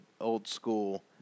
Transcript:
old-school